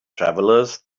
travelers